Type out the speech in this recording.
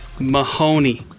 Mahoney